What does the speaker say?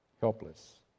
Helpless